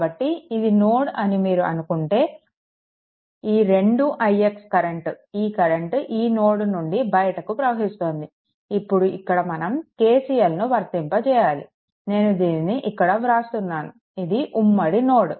కాబట్టి ఇది నోడ్ అని మీరు అనుకుంటే ఈ 2 ix కరెంట్ ఈ కరెంట్ ఈ నోడ్ నుండి బయటకు ప్రవహిస్తోంది ఇప్పుడు ఇక్కడ మనం KCLను వర్తింపచేయాలి నేను దీనిని ఇక్కడ వ్రాస్తున్నాను ఇది ఒక ఉమ్మడి నోడ్